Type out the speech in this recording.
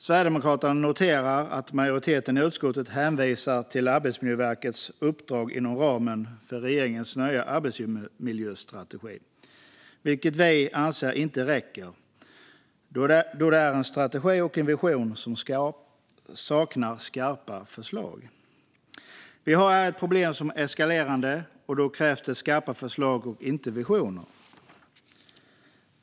Sverigedemokraterna noterar att majoriteten i utskottet hänvisar till Arbetsmiljöverkets uppdrag inom ramen för regeringens nya arbetsmiljöstrategi, vilket vi inte anser räcker då det är en strategi och en vision som saknar skarpa förslag. Vi har här ett problem som är eskalerande, och då krävs det skarpa förslag och inte visioner.